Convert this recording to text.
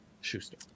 Schuster